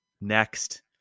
next